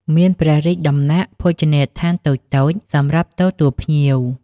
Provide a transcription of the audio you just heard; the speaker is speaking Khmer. មានព្រះរាជដំណាក់ ភោជនីយដ្ឋានតូចៗ សម្រាប់ទទួលភ្ញៀវ។